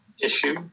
issue